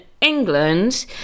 England